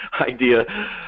idea